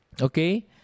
Okay